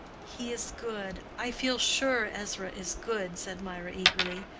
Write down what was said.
he is good i feel sure ezra is good, said mirah, eagerly.